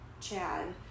Chad